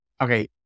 Okay